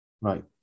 Right